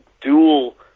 dual